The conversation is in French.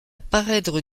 parèdre